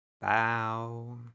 bow